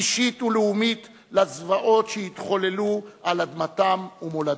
אישית ולאומית לזוועות שהתחוללו על אדמתם ומולדתם.